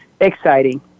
exciting